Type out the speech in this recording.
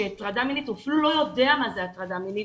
הוא אפילו לא יודע מה זה הטרדה מינית,